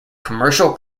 commercial